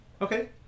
Okay